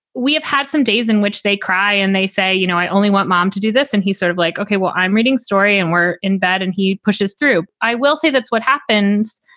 we have had some days in which they cry and they say, you know, i only want mom to do this. and he sort of like, ok, well, i'm reading story and we're in bed and he pushes through. i will say that's what happens,